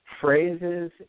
Phrases